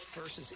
versus